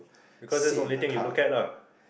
because that's the only thing you look at lah